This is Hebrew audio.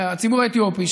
הציבור האתיופי,